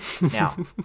Now